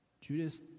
Judas